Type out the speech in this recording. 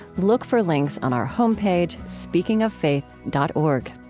look for links on our home page, speakingoffaith dot org.